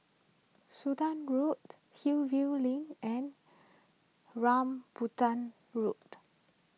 Sudan Road Hillview Link and Rambutan Road